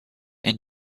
and